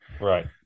right